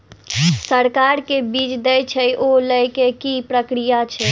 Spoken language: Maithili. सरकार जे बीज देय छै ओ लय केँ की प्रक्रिया छै?